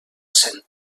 centre